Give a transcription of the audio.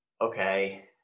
okay